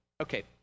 Okay